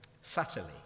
subtly